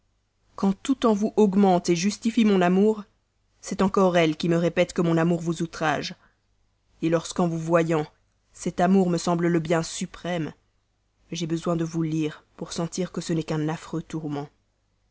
quand tout en vous augmente justifie mon amour c'est encore elle qui me répète que mon amour vous outrage lorsqu'en vous voyant cet amour me semble le bien suprême j'ai besoin de vous lire pour sentir que ce n'est qu'un affreux tourment